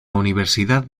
universidad